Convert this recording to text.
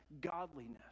godliness